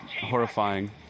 horrifying